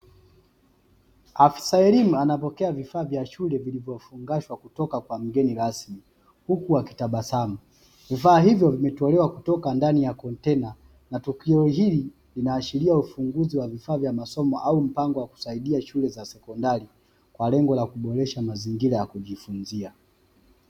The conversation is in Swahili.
Afisa elimu, anapokea vifaa vya shule vilivyofungashwa kutoka kwa mgeni rasmi, huku akitabasamu. Vifaa hivyo vimetolewa kutoka ndani ya kontena na tukio hili linaashiria ufunguzi wa vifaa vya masomo au mpango wa kusaidia shule za sekondari, kwa lengo la kuboresha mazingira ya kujifunzia.